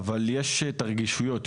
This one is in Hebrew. אבל יש את הרגישויות.